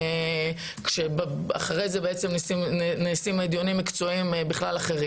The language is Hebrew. כאשר אחרי זה בעצם נעשים דיונים מקצועיים אחרים בכלל.